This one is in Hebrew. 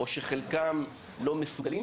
או שחלקם לא מסוגלים,